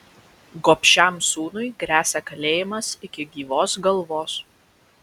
gobšiam sūnui gresia kalėjimas iki gyvos galvos